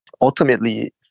Ultimately